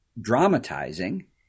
dramatizing